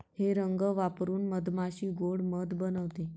हे रंग वापरून मधमाशी गोड़ मध बनवते